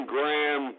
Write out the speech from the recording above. Graham